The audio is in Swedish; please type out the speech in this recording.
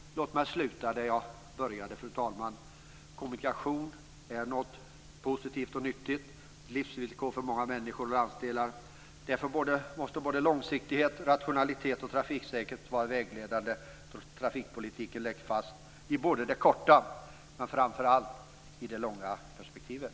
Låt mig sluta där jag började, fru talman. Kommunikation är något positivt och nyttigt - ett livsvillkor för många människor och landsdelar. Därför måste långsiktighet, rationalitet och trafiksäkerhet vara vägledande då trafikpolitiken läggs fast, i det korta men framför allt i det långa perspektivet.